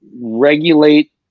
regulate